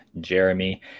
Jeremy